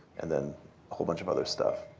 and then a whole bunch of other stuff.